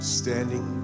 standing